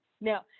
Now